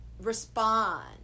respond